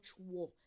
war